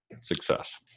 Success